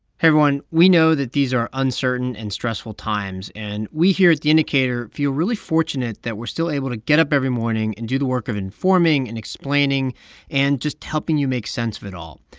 hey, everyone. we know that these are uncertain and stressful times. and we here at the indicator feel really fortunate that we're still able to get up every morning and do the work of informing and explaining and just helping you make sense of it all.